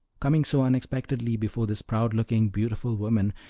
coming so unexpectedly before this proud-looking, beautiful woman,